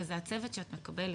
וזה הצוות שאת מקבלת.